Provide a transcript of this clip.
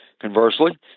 Conversely